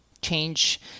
change